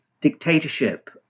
dictatorship